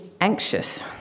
anxious